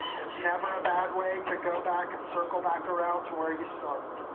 it's never a bad way to go back and circle back around to where you started.